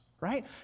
right